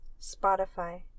Spotify